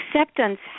acceptance